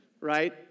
right